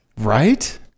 Right